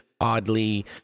oddly